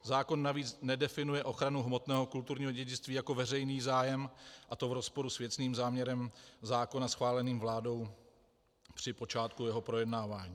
Zákon navíc nedefinuje ochranu hmotného kulturního dědictví jako veřejný zájem, a to v rozporu s věcným záměrem zákona schváleným vládou při počátku jeho projednávání...